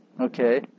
Okay